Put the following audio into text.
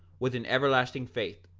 with an everlasting faith,